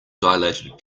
dilated